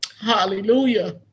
Hallelujah